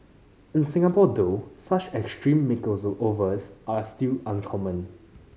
in Singapore though such extreme makeovers are still uncommon